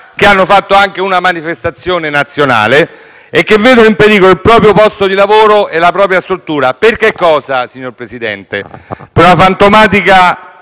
che hanno anche fatto una manifestazione nazionale e che vedono in pericolo il proprio posto di lavoro e la propria struttura. E per che cosa, signor Presidente? Per una fantomatica